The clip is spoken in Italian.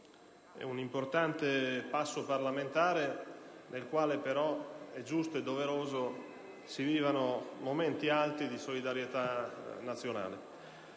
è un importante passo parlamentare nel quale è giusto e doveroso si vivano momenti alti di solidarietà nazionale.